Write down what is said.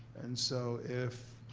and so if